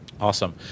Awesome